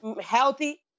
healthy